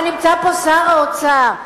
הרי נמצא פה שר האוצר.